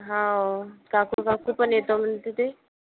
हो काकू काकू पण येतो म्हणते ते